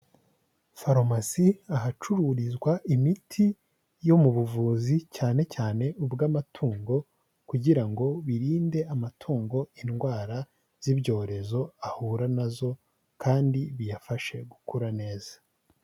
Farumasi ahacururizwa imiti yo mu buvuzi cyane cyane ubw'amatungo kugira ngo birinde amatungo indwara z'ibyorezo ahura nazo kandi biyafashe gukura neza.